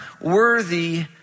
worthy